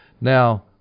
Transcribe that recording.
Now